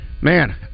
man